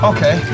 Okay